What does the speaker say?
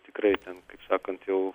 tikrai ten kaip sakant jau